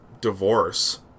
divorce